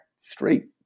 straight